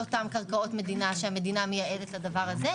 לאותן קרקעות מדינה שהמדינה מייעדת לדבר כזה,